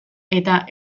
eta